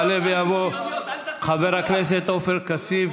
יעלה ויבוא חבר הכנסת עופר כסיף,